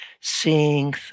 Seeing